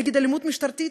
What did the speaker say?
נגד אלימות משטרתית,